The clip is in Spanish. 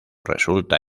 resulta